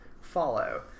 follow